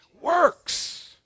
Works